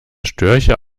störche